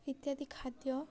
ଇତ୍ୟାଦି ଖାଦ୍ୟ